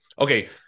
Okay